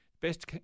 best